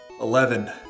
Eleven